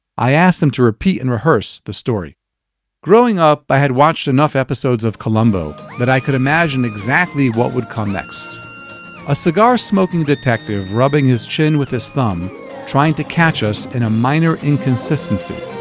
i asked him to repeat and rehearse the story growing up, i had watched enough episodes of columbo that i could imagine exactly what would come next a cigar-smoking detective rubbing his chin with his thumb trying to catch us in a minor inconsistency.